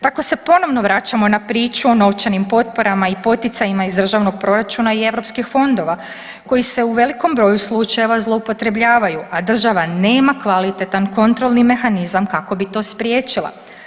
Tako se ponovno vraćamo na priču o novčanim potporama i poticajima iz državnog proračuna i europskih fondova koji se u velikom broju slučajeva zloupotrebljavaju, a država nema kvalitetan kontrolni mehanizam kako bi to spriječila.